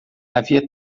havia